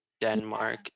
Denmark